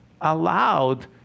allowed